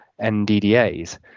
NDDAs